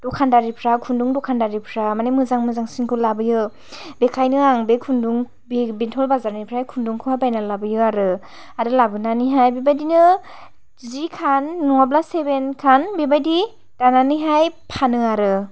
दखानदारिफ्रा खुनदुं दखानदारिफ्रा माने मोजां मोजां सिनखौ लाबोयो बेखायनो आं बे खुन्दुं बें बेंथल बाजारनिफ्राइ खुन्दुंखौ बायनानै लाबोयो आरो आरो लाबोनानै हाय बेबादिनो जि खान नङाब्ला सेबेन खान बेबादि दानानैहाय फानो आरो